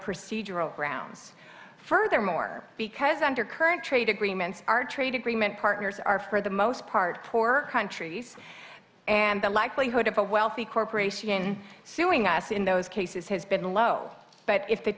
procedural grounds furthermore because under current trade agreements our trade agreement partners are for the most part poor countries and the likelihood of a wealthy corporation suing us in those cases has been low but if th